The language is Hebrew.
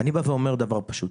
אני בא ואומר דבר פשוט.